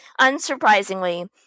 unsurprisingly